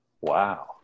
Wow